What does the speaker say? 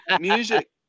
music